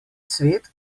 cvet